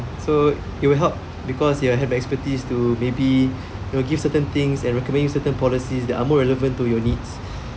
so it will help because they'll have the expertise to maybe they'll give certain things and recommend certain policies that are more relevant to your needs